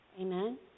Amen